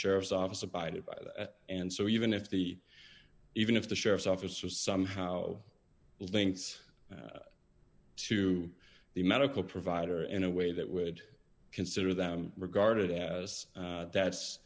sheriff's office abided by that and so even if the even if the sheriff's office was somehow links to the medical provider in a way that would consider them regarded as that's